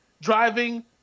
driving